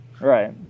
Right